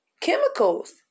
chemicals